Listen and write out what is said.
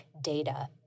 data